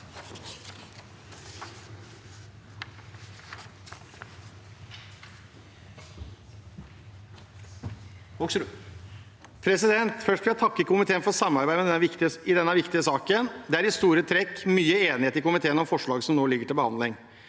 for saken): Først vil jeg takke komiteen for samarbeidet i denne viktige saken. Det er i store trekk mye enighet i komiteen om forslaget som nå ligger til behandling.